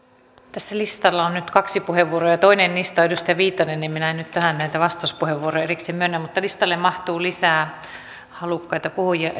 tässä listalla on nyt kaksi puheenvuoroa ja ja toinen niistä on edustaja viitasella joten minä en nyt tähän näitä vastauspuheenvuoroja erikseen myönnä mutta listalle mahtuu lisää halukkaita puhujia